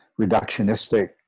reductionistic